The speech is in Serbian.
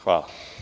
Hvala.